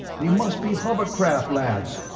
they must be hovercraft lads.